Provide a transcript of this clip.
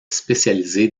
spécialisée